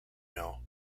know